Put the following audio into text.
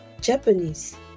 Japanese